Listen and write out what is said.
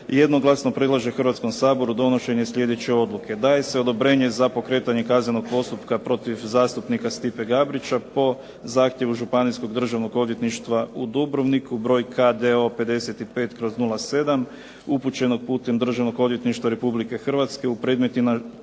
jednoglasno predlaže Hrvatskom saboru donošenje sljedeće odluke.